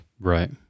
Right